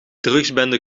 drugsbende